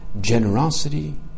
Generosity